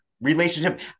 relationship